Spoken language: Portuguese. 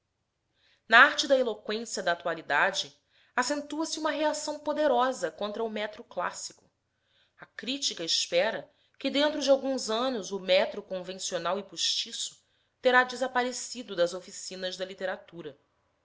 na arte da eloqüência da atualidade acentua se uma reação poderosa contra o metro clássico a critica espera que dentro de alguns anos o metro convencional e postiço terá desaparecido das oficinas da literatura